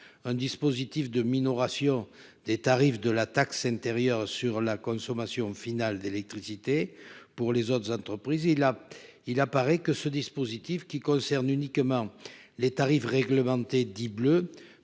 un dispositif de minoration des tarifs de la taxe intérieure sur la consommation finale d'électricité pour les autres entreprises. Il a, il apparaît que ce dispositif qui concernent uniquement les tarifs réglementés dit bleu